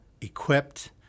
equipped